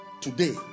Today